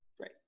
Right